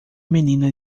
menina